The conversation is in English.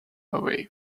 away